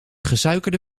gesuikerde